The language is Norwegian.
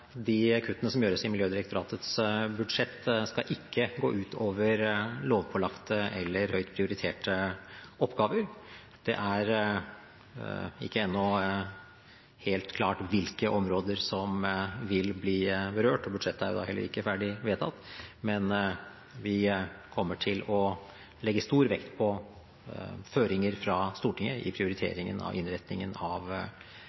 de kuttene som gjøres i Miljødirektoratets budsjett, ikke skal gå ut over lovpålagte eller høyt prioriterte oppgaver. Det er ennå ikke helt klart hvilke områder som vil bli berørt, og budsjettet er jo heller ikke vedtatt. Men vi kommer til å legge stor vekt på føringer fra Stortinget i